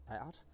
out